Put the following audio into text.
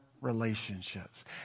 relationships